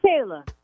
Taylor